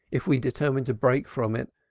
if we determine to break from it,